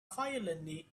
violently